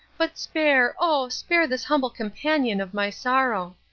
but spare, oh, spare this humble companion of my sorrow.